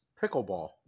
Pickleball